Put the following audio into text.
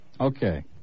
Okay